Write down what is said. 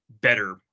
better